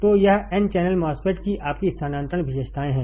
तो यह n channel MOSFET की आपकी स्थानांतरण विशेषताएँ हैं